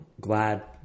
glad